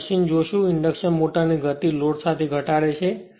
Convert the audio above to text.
આપણે આ જોશું ઇન્ડક્શન મોટરની ગતિ લોડ સાથે ઘટાડે છે